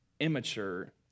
immature